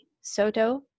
Soto